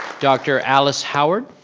dr. alice howard?